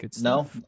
No